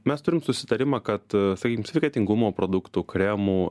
mes turim susitarimą kad sakykim sveikatingumo produktų kremų